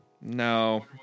No